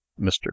Mr